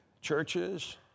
churches